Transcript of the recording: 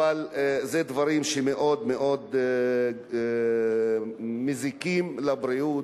אבל אלה דברים שמאוד מאוד מזיקים לבריאות.